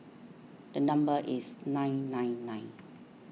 the number is nine nine nine